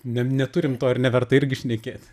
ne neturim to ar neverta irgi šnekėti